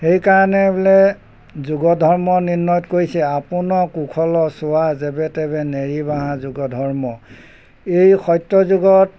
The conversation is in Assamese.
সেইকাৰণে বোলে যুগ ধৰ্ম নিৰ্ণয়ত কৰিছে আপোনা কুশল চোৱা যেবে তেবে নেৰিবাহা যুগ ধৰ্ম এই সত্য যুগত